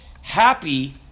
Happy